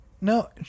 no